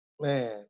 man